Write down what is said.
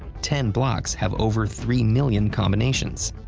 ten blocks have over three million combinations.